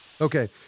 Okay